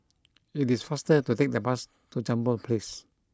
it is faster to take the bus to Jambol Place